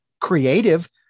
creative